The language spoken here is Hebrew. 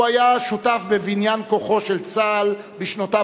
הוא היה שותף בבניין כוחו של צה"ל בשנותיו